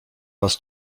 was